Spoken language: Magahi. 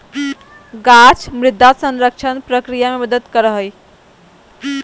गाछ मृदा संरक्षण प्रक्रिया मे मदद करो हय